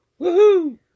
Woohoo